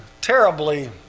terribly